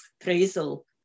appraisal